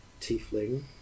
tiefling